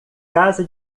casa